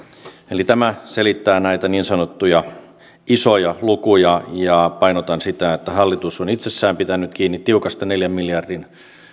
eli tämä selittää näitä niin sanottuja isoja lukuja ja painotan sitä että hallitus on itsessään pitänyt kiinni tiukasta neljän miljardin